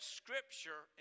scripture